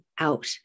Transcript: out